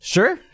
Sure